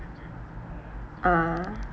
ah